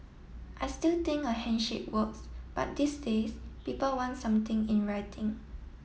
I still think a handshake works but these days people want something in writing